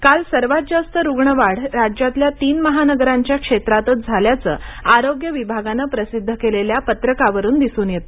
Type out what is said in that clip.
काल सर्वात जास्त रुग्ण वाढ राज्यातल्या तीन महानगरांच्या क्षेत्रातच झाल्याचं आरोग्य विभागानं प्रसिद्ध केलेल्या पत्रकावरून दिसून येत